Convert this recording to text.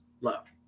love